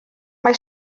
mae